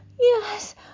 Yes